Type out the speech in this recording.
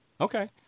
Okay